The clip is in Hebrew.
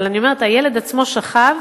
אבל אני אומרת, הילד עצמו שכב,